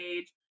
age